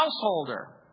householder